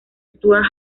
stuart